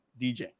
DJ